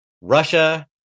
Russia